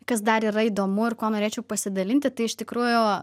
kas dar yra įdomu ir kuo norėčiau pasidalinti tai iš tikrųjų